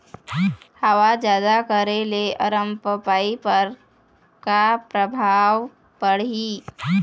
हवा जादा करे ले अरमपपई पर का परभाव पड़िही?